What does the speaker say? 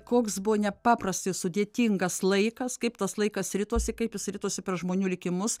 koks buvo nepaprastai sudėtingas laikas kaip tas laikas ritosi kaip jis ritosi per žmonių likimus